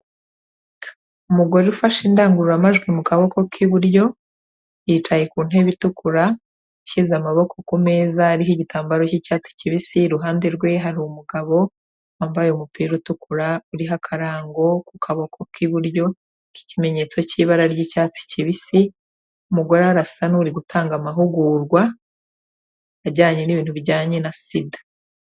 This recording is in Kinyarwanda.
Umugore ufashe indangururamajwi mu kaboko k’iburyo, yicaye ku ntebe itukura, ashyize amaboko ku meza ariho igitambaro cy’icyatsi kibisi, iruhande rwe, hari umugabo wambaye umupira utukura, uriho akarango ku kaboko k’iburyo k’ikimenyetso cy’ibara ry’icyatsi kibisi. Umugore arasa n’uri gutanga amahugurwa ajyanye n’ibintu bijyanye na SIDA.